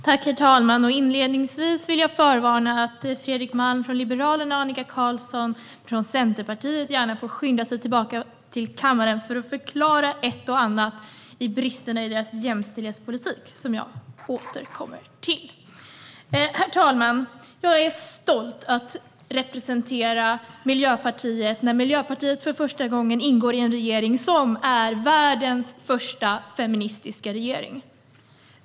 Herr talman! Inledningsvis vill jag påpeka att Fredrik Malm från Liberalerna och Annika Qarlsson från Centerpartiet gärna får skynda sig tillbaka till kammaren för att förklara ett och annat när det gäller bristerna i deras jämställdhetspolitik. Jag återkommer till de frågorna. Herr talman! Jag är stolt över att representera Miljöpartiet när partiet för första gången ingår i en regering - världens första feministiska regering.